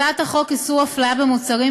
הצעת חוק איסור הפליה במוצרים,